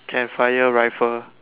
can fire rifle